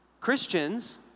Christians